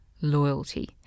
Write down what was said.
loyalty